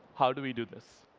how do we do this?